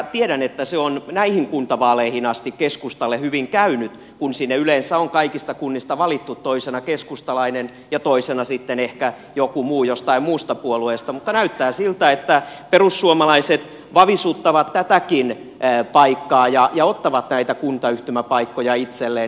tiedän että se on näihin kuntavaaleihin asti keskustalle hyvin käynyt kun sinne yleensä on kaikista kunnista valittu toisena keskustalainen ja toisena sitten ehkä joku muu jostain muusta puolueesta mutta näyttää siltä että perussuomalaiset vavisuttavat tätäkin paikkaa ja ottavat näitä kuntayhtymäpaikkoja itselleen